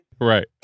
Right